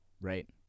right